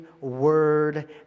word